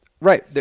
right